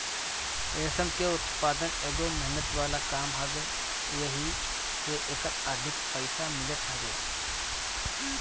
रेशम के उत्पदान एगो मेहनत वाला काम हवे एही से एकर अधिक पईसा मिलत हवे